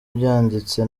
byanditse